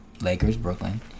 Lakers-Brooklyn